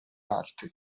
altri